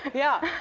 yeah.